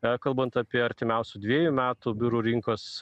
e kalbant apie artimiausių dviejų metų biurų rinkos